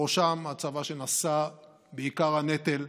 ובראשם הצבא שנשא בעיקר הנטל,